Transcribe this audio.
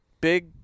big